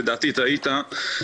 לדעתי טעית,